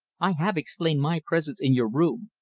i have explained my presence in your room.